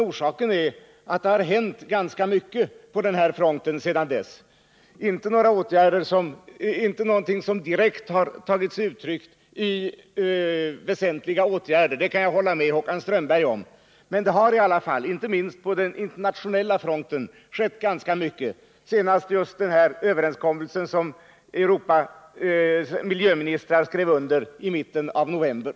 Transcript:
Orsaken är att det har hänt ganska mycket på den här fronten sedan dess — inte något som direkt tagit sig uttryck i omfattande åtgärder, det kan jag hålla med Håkan Strömberg om. Men inte minst på den internationella fronten har det hänt ganska mycket. Det senaste som hänt är just den här överenskommelsen som miljöministrar skrev under i mitten av november.